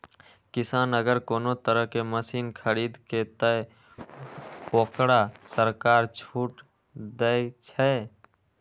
किसान अगर कोनो तरह के मशीन खरीद ते तय वोकरा सरकार छूट दे छे?